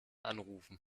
anrufen